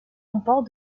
comporte